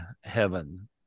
heaven